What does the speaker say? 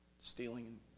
stealing